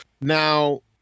Now